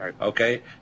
Okay